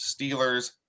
Steelers